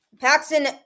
Paxton